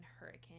Hurricane